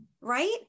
right